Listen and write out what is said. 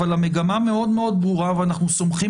אבל המגמה מאוד ברורה ואנחנו סומכים